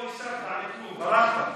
לא הקשבת, ברחת,